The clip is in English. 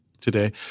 today